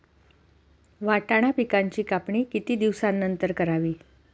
वाटाणा पिकांची कापणी किती दिवसानंतर करावी?